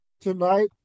tonight